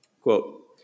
Quote